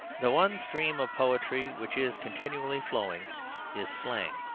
the one stream of poetry which is continually flowing is slang.